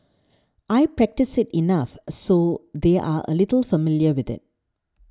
I practice it enough so they're a little familiar with it